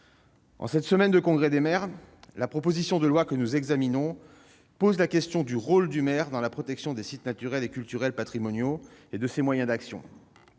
cette semaine, le congrès des maires de France, la proposition de loi que nous examinons pose la question du rôle du maire dans la protection des sites naturels et culturels patrimoniaux, et de ses moyens d'action.